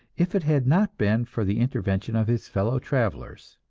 if it had not been for the intervention of his fellow travelers.